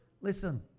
Listen